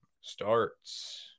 starts